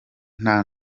nta